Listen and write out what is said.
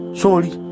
sorry